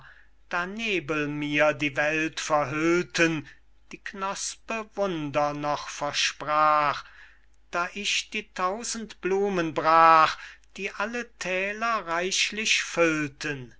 da nebel mir die welt verhüllten die knospe wunder noch versprach da ich die tausend blumen brach die alle thäler reichlich füllten